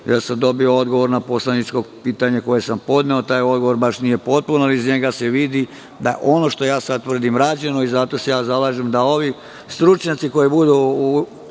gde sam dobio odgovor na poslaničko pitanje koje sam podneo. Taj odgovor nije baš potpun, ali iz njega se vidi da je ono što sada tvrdim rađeno. Zalažem se da ovi stručnjaci koji budu